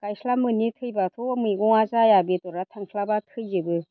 गायस्लाबनो मोनै थैब्लाथ' मैगङा जाया बेदरा थांस्लाबा थैजोबो